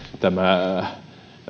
tämä